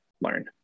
learn